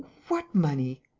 what money?